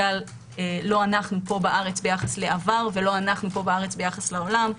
לא המצאנו את הגלגל לא אנחנו פה בארץ ביחס לעבר ולא אנחנו ביחס לעולם.